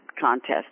contest